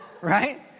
Right